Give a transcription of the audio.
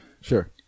Sure